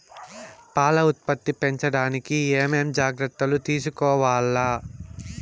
పాల ఉత్పత్తి పెంచడానికి ఏమేం జాగ్రత్తలు తీసుకోవల్ల?